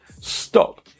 stop